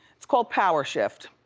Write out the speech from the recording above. it's called power shift.